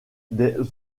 des